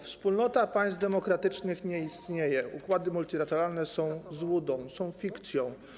Wspólnota państw demokratycznych nie istnieje, układy multilateralne są złudą, są fikcją.